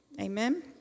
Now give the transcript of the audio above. Amen